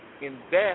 invest